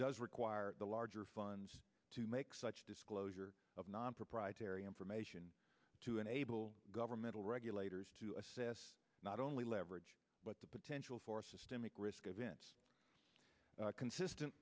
does require the larger funds to make such disclosure of non proprietary information to enable governmental regulators to assess not only leverage but the potential for systemic risk event consistent